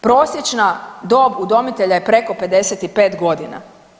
Prosječna dob udomitelja je preko 55 godina.